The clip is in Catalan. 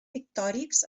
pictòrics